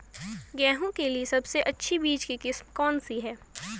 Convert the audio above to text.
गेहूँ के लिए सबसे अच्छी बीज की किस्म कौनसी है?